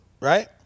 right